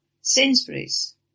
Sainsbury's